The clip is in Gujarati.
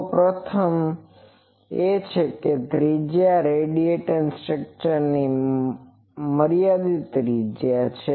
તો પ્રથમ એ છે કે ત્રિજ્યા રેડિયેટિંગ સ્ટ્રક્ચરની મર્યાદિત ત્રિજ્યા છે